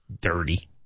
dirty